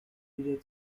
wieder